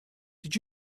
did